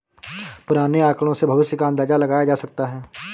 पुराने आकड़ों से भविष्य का अंदाजा लगाया जा सकता है